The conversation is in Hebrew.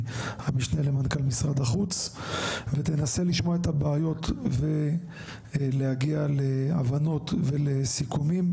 המשנה למנכ"ל משרד החוץ ותנסה לשמוע את הבעיות ולהגיע להבנות וסיכומים,